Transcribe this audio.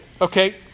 Okay